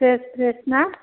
fresh फ्रेस ना